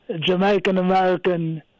Jamaican-American